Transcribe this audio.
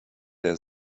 der